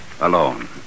alone